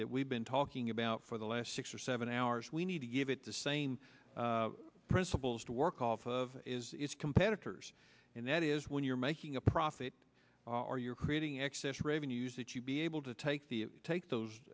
that we've been talking about for the last six or seven hours we need to give it the same principles to work off of its competitors and that is when you're making a profit or you're creating excess revenues that you be able to take the take those